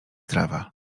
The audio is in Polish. trawa